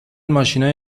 ماشینای